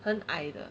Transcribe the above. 很矮的